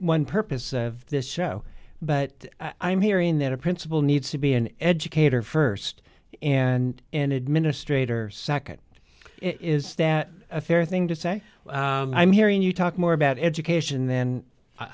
one purpose of this show but i'm hearing that a principal needs to be an educator st and an administrator nd is that a fair thing to say i'm hearing you talk more about education then i